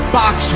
box